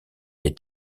des